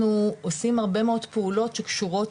אנחנו עושים הרבה מאוד פעולות שקשורות